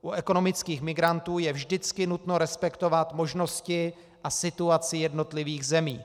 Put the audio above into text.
U ekonomických migrantů je vždycky nutno respektovat možnosti a situaci jednotlivých zemí.